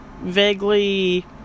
vaguely